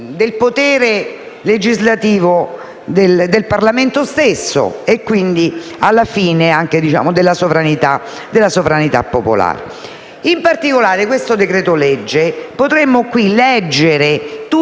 del potere legislativo del Parlamento stesso e quindi, alla fine, anche della sovranità popolare. In particolare, potremmo leggere tutti